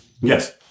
Yes